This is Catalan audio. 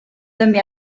també